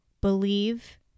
believe